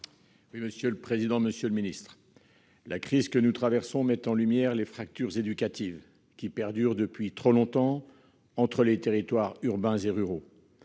de la jeunesse. Monsieur le ministre, la crise que nous traversons met en lumière les fractures éducatives qui durent depuis trop longtemps entre territoires urbains et ruraux.